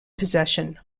possession